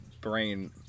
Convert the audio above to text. brain